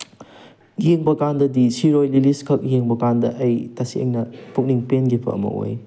ꯌꯦꯡꯕ ꯀꯥꯟꯗꯗꯤ ꯁꯤꯔꯣꯏ ꯂꯤꯂꯤꯁꯈꯛ ꯌꯦꯡꯕ ꯀꯥꯟꯗ ꯑꯩ ꯇꯁꯦꯡꯅ ꯄꯨꯛꯅꯤꯡ ꯄꯦꯟꯈꯤꯕ ꯑꯃ ꯑꯣꯏ